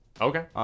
Okay